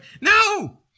no